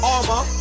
Armor